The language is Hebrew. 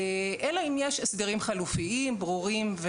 אלא אם יש הסדרים חלופיים ברורים,